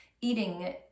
eating